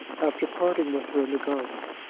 after parting with her in the garden.